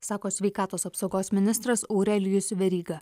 sako sveikatos apsaugos ministras aurelijus veryga